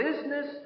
business